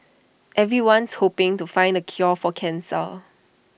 everyone's hoping to find the cure for cancer